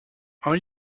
are